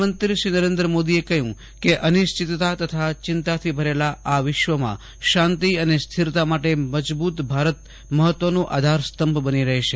પ્રધાનમંત્રી શ્રી નરેન્દ્ર મોદીએ કહ્યું કે અનિશ્ચિતતા તથા ચિંતાથી ભરેલા આ વિશ્વમાં શાંતિ અને સ્થરતા માટે મજબૂત ભારત મહત્વનો આધારસ્તંભ બની રહે છે